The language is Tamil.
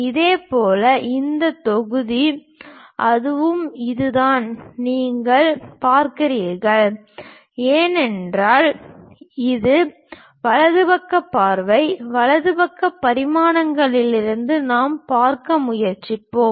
இதேபோல் இந்த தொகுதி அதுவும் இதுதான் நீங்கள் பார்க்கிறீர்கள் என்றால் இது வலது பக்க பார்வை வலது பக்க பரிமாணங்களிலிருந்து நாம் பார்க்க முயற்சிப்போம்